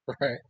Right